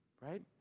Right